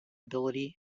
ability